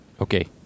Okay